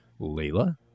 Layla